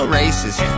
racist